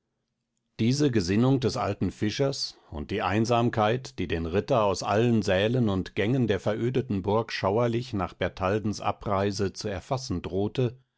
diese gesinnung des alten fischers und die einsamkeit die den ritter aus allen sälen und gängen der verödeten burg schauerlich nach bertaldens abreise zu erfassen drohte